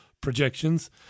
projections